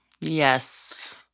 Yes